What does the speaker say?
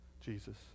Jesus